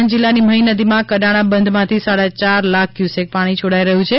આણંદ જિલ્લાની મહી નદીમાં કડાણા બંધમાંથી સાડા યાર લાખ ક્વુસેક પાણી છોડાઇ રહ્યું છે